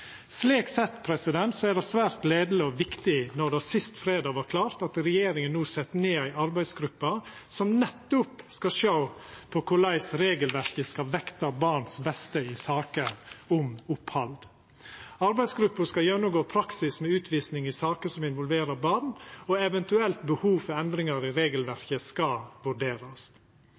er det svært gledeleg og viktig at det sist fredag vart klart at regjeringa no set ned ei arbeidsgruppe som nettopp skal sjå på korleis regelverket skal vekta barns beste i saker om opphald. Arbeidsgruppa skal gjennomgå praksis med utvising i saker som involverer barn, og eventuelle behov for endringar i regelverket skal vurderast.